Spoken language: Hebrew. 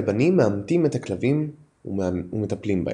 כלבנים מאמנים את הכלבים ומטפלים בהם.